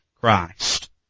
Christ